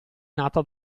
nata